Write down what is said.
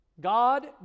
God